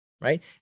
Right